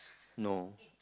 no